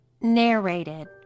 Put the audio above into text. Narrated